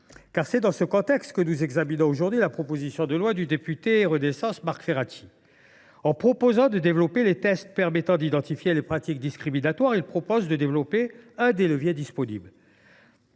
car c’est dans ce contexte que nous examinons aujourd’hui la proposition de loi du député du groupe Renaissance Marc Ferracci. En proposant de développer la réalisation de tests permettant d’identifier les pratiques discriminatoires, il propose d’actionner l’un des leviers disponibles.